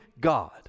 God